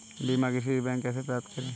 बीमा की रसीद बैंक से कैसे प्राप्त करें?